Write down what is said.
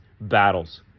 battles